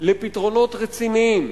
לפתרונות רציניים,